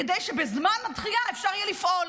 כדי שבזמן הדחייה אפשר יהיה לפעול.